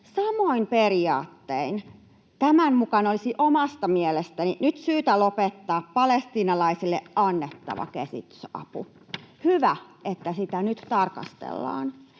Samoin periaattein tämän mukaan olisi omasta mielestäni nyt syytä lopettaa palestiinalaisille annettava kehitysapu. Hyvä, että sitä nyt tarkastellaan.